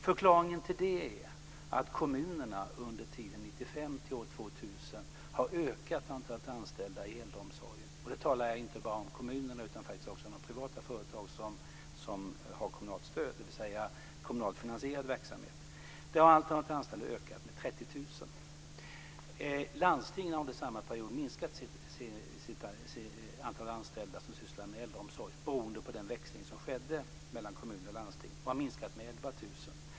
Förklaringen till det är att kommunerna under tiden 1995-2000 har ökat antalet anställda i äldreomsorgen. Då talar jag inte bara om kommunerna utan faktiskt också om de privata företag som har kommunalt stöd, dvs. om kommunalt finansierad verksamhet. Där har antalet anställda ökat med 30 000. Landstingen har under samma period minskat det antal anställda som sysslar med äldreomsorg beroende på den växling som skedde mellan kommuner och landsting. De har minskat med 11 000.